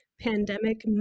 pandemic